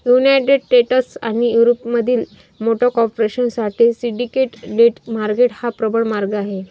United States आणि युरोपमधील मोठ्या कॉर्पोरेशन साठी सिंडिकेट डेट मार्केट हा प्रबळ मार्ग आहे